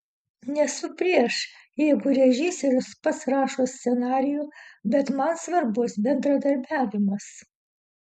nesu prieš jeigu režisierius pats rašo scenarijų bet man svarbus bendradarbiavimas